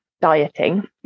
dieting